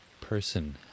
person